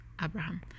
abraham